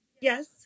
yes